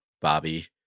Bobby